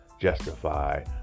justify